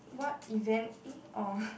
what event eh orh